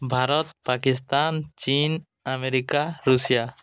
Bharat Pakistan Chin America Russia